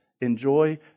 Enjoy